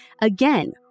again